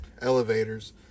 elevators